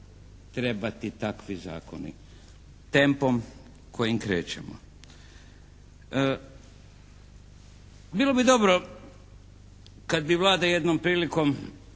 trebati takvi zakoni, tempom kojim krećemo. Bilo bi dobro kad bi Vlada jednom prilikom